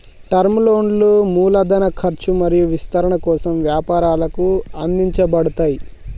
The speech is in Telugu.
టర్మ్ లోన్లు మూలధన ఖర్చు మరియు విస్తరణ కోసం వ్యాపారాలకు అందించబడతయ్